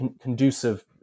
conducive